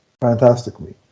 fantastically